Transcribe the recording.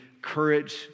courage